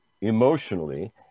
emotionally